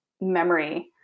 memory